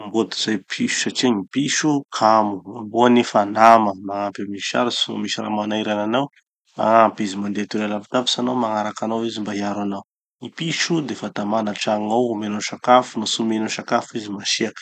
Amboa tozay piso satria gny piso kamo, gn'amboa nefa nama, magnampy amy gny sarotsy no misy manahirana anao. Magnampy izy, mandeha toera lavidavitsy hanao, magnaraky anao izy mba hiaro anao. Gny piso defa tamana antrano ao, omenao sakafo, no tsy omenao sakafo izy masiaky.